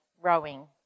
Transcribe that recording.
rowing